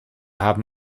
haben